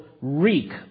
reek